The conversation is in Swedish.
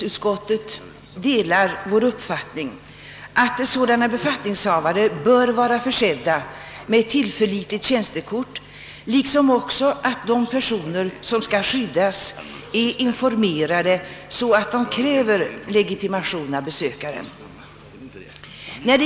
Utskottet delar vår uppfattning att sådana befattningshavare bör vara försedda med tillförlitliga tjänstekort liksom också att de personer som skall skyddas bör vara informerade därom, så att de verkligen kräver legitimation av besökaren.